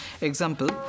example